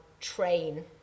train